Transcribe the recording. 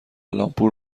لامپور